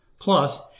Plus